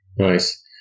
Nice